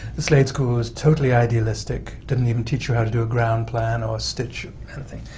the slade school was totally idealistic, didn't even teach you how to do a ground plan or stitch anything.